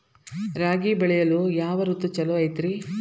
ರಾಗಿ ಬೆಳೆ ಬೆಳೆಯಲು ಯಾವ ಋತು ಛಲೋ ಐತ್ರಿ?